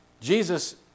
Jesus